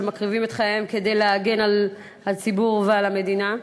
שמקריבים את חייהם כדי להגן על הציבור ועל המדינה.